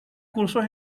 cursos